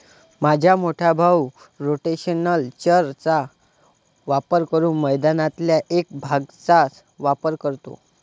माझा मोठा भाऊ रोटेशनल चर चा वापर करून मैदानातल्या एक भागचाच वापर करतो